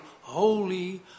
holy